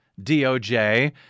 DOJ